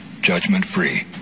judgment-free